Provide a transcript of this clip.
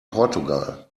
portugal